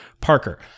Parker